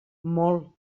molt